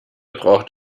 braucht